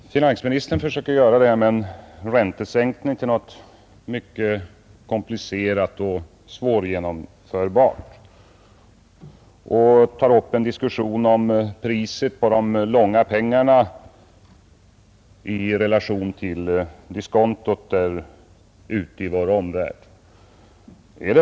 Fru talman! Finansministern försöker göra frågan om en räntesänkning till något mycket komplicerat och svårgenomförbart. Han tar upp en diskussion om priset på de långa pengarna i relation till diskontot ute i vår omvärld.